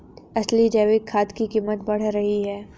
असली जैविक खाद की कीमत बढ़ रही है